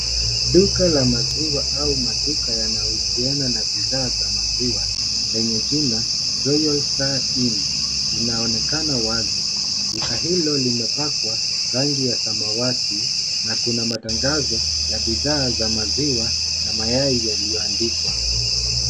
Duka la maziwa au maduka yanayousiana na bidhaa za maziwa lenye jina Royal Star Inn inaonekana wazi. Duka hilo limepakwa rangi ya samawati na kuna matangazo ya bidhaa za maziwa na mayai yaliyoandikwa.